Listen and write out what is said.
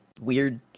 weird